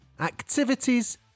activities